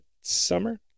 summer